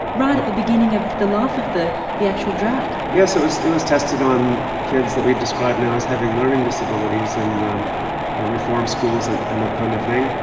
right at the beginning of the life of the the actual drug. yes, it was it was tested on kids that we'd describe now as having learning disabilities in um ah reform schools and and that kind of thing.